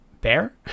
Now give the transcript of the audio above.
bear